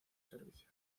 servicio